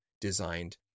designed